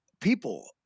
people